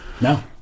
No